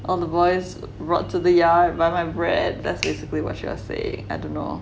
on the boys brought to the yard by my bread that's basically what she was saying I dunno